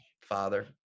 father